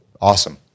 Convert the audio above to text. awesome